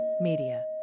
Media